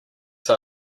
this